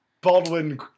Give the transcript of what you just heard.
Baldwin